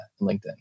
LinkedIn